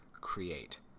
create